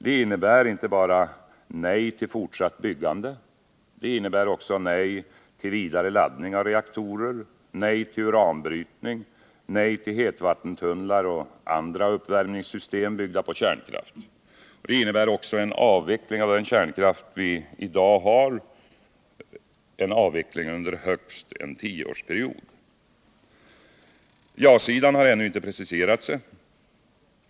Det innebär inte bara nej till fortsatt byggande, utan också nej till vidare laddning av reaktorer, nej till uranbrytning samt nej till hetvattentunnlar och andra uppvärmningssystem byggda på kärnkraft. Det innebär också avveckling under högst en tioårsperiod av den kärnkraft som vi har i dag. Ja-sidan har ännu inte preciserat sig.